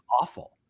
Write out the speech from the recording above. awful